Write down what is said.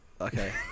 Okay